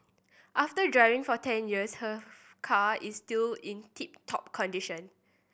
after driving for ten years her car is still in tip top condition